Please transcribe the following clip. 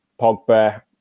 Pogba